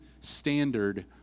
standard